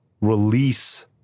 release